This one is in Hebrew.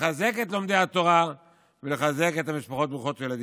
לחזק את לומדי התורה ולחזק את המשפחות ברוכות הילדים.